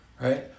Right